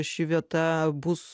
ši vieta bus